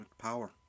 power